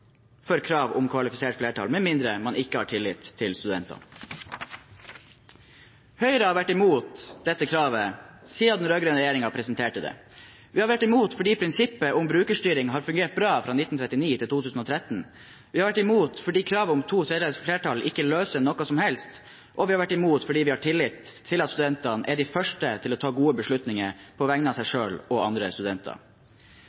for krav om kvalifisert flertall, med mindre man ikke har tillit til studentene. Høyre har vært imot dette kravet siden den rød-grønne regjeringen presenterte det. Vi har vært imot fordi prinsippet om brukerstyring har fungert bra fra 1939 til 2013, vi har vært imot fordi kravet om to tredjedels flertall ikke løser noe som helst, og vi har vært imot fordi vi har tillit til at studentene er de første til å ta gode beslutninger på vegne av seg selv og andre studenter.